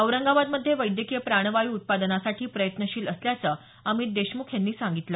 औरंगाबादमध्ये वैद्यकीय प्राणवायू उत्पादनासाठी प्रयत्नशील असल्याचं अमित देशमुख यांनी सांगितलं